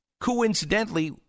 coincidentally